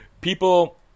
People